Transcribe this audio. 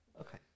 okay